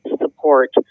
support